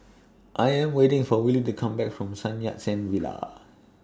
I'm waiting For Willie to Come Back from Sun Yat Sen Villa